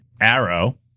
Arrow